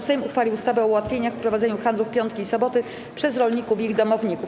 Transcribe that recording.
Sejm uchwalił ustawę o ułatwieniach w prowadzeniu handlu w piątki i soboty przez rolników i ich domowników.